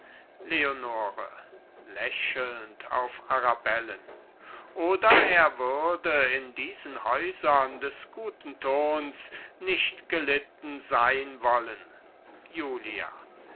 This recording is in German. leonore lächelnd auf arabellen oder er würde in diesen häusern des guten tons nicht gelitten sein wollen julia